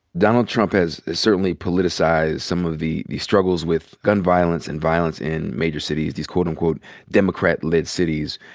donald trump has certainly politicized some of the the struggles with gun violence and violence in major cities. these quote-unquote democrat-led cities.